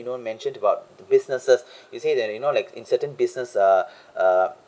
you know mentioned about the businesses you say that you know like in certain business uh uh